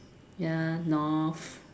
ya north